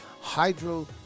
hydro